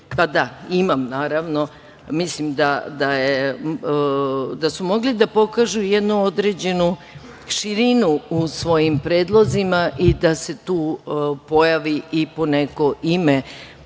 Da, imam naravno. Mislim da su mogli da pokažu jednu određenu širinu u svojim predlozima i da se tu pojavi i poneko